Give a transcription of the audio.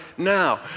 Now